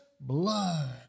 blood